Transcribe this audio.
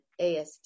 ASD